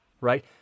right